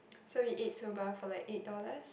so we ate soba for like eight dollars